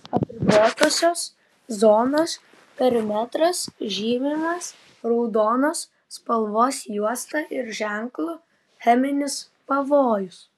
apribotosios zonos perimetras žymimas raudonos spalvos juosta ir ženklu cheminis pavojus